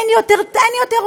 אין יותר אובמה.